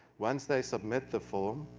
once they submit the form,